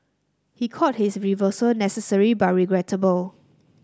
he called his reversal necessary but regrettable